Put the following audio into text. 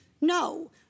No